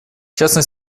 частный